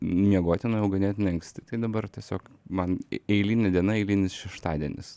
miegoti nuėjau ganėtinai anksti tai dabar tiesiog man eilinė diena eilinis šeštadienis